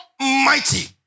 almighty